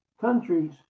countries